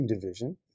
division